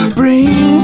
bring